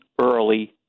early